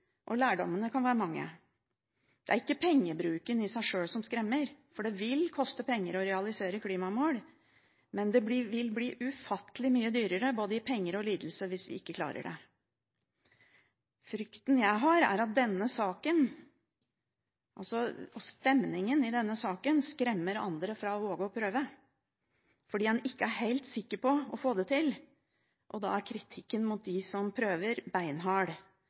og lærdommene kan være mange. Det er ikke pengebruken i seg sjøl som skremmer, for det vil koste penger å realisere klimamål. Men det vil bli ufattelig mye dyrere både i penger og i lidelser hvis vi ikke klarer det. Frykten jeg har, er at stemningen i denne saken skremmer andre fra å våge å prøve, fordi man ikke er helt sikker på å få det til. Da er kritikken mot dem som prøver,